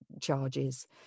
charges